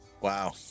Wow